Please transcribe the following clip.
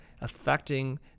affecting